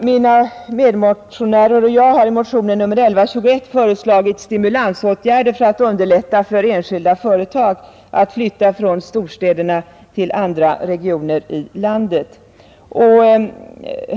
Mina medmotionärer och jag har i motionen 1121 föreslagit stimulansåtgärder för att underlätta för enskilda företag att flytta från storstäderna till andra regioner i landet.